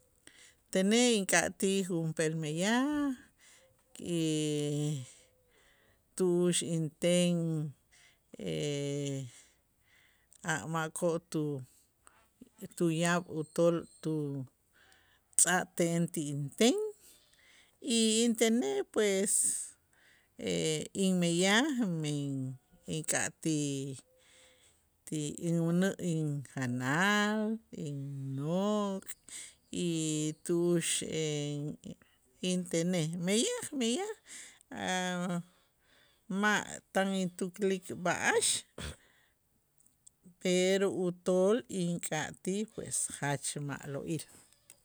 Tenej ink'atij junp'eel meyaj tu'ux inten a' makoo' tu- tuyaab' utool tu tz'ajten ti inten, y intenej pues inmeyaj men ink'atij ti inmänä' injanal, innok' y tu'ux intenej meyaj meyaj a' ma' tan intuklik b'a'ax pero utool ink'atij pues jach ma'lo'il.